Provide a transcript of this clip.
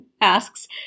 asks